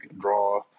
draw